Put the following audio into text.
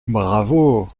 bravo